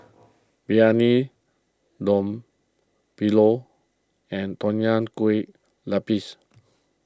Briyani Dum Milo and Nonya Kueh Lapis